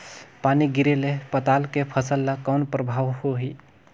पानी गिरे ले पताल के फसल ल कौन प्रभाव होही?